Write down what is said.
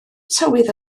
tywydd